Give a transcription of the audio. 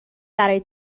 برای